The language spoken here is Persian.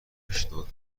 پیشنهاد